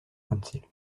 council